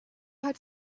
had